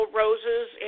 roses